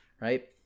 right